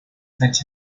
such